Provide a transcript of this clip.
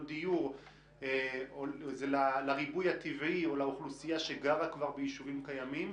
דיור לריבוי הטבעי או לאוכלוסייה שכבר גרה ביישובים קיימים,